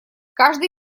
каждый